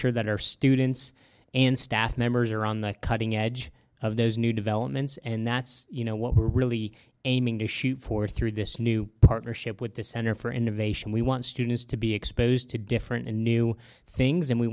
sure that our students and staff members are on the cutting edge of those new developments and that's you know what we're really aiming to shoot for through this new partnership with the center for innovation we want students to be exposed to different and new things and we